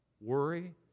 worry